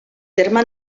terme